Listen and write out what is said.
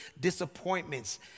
disappointments